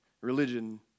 religion